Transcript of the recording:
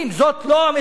זאת לא המציאות.